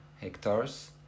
hectares